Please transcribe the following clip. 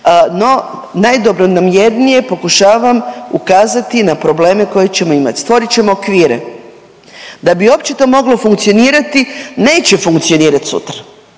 no najdobronamjernije pokušavam ukazati na probleme koje ćemo imati. Stvorit ćemo okvire. Da bi uopće to moglo funkcionirati, neće funkcionirati sutra,